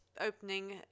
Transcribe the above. opening